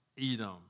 Edom